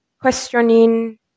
questioning